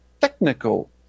technical